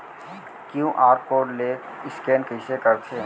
QR code ले scan कइसे करथे?